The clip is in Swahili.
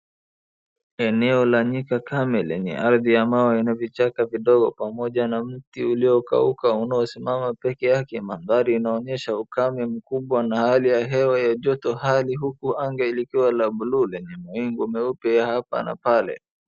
Eneo la nyika kame lenye ardhi ya mawe na vichaka vidogo pamoja na mti uliyokauka unaosimama peke yake. Mambari inaonyesha ukame mkubwa na hali ya hewa ya joto hali huku anga likiwa la bluu lenye mawingu meupe ya hapa na pale.